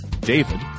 David